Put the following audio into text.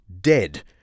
Dead